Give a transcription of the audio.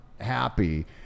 happy